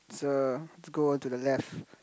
so let's go onto the left